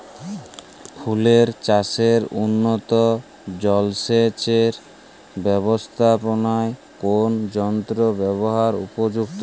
ফুলের চাষে উন্নত জলসেচ এর ব্যাবস্থাপনায় কোন যন্ত্রের ব্যবহার উপযুক্ত?